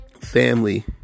family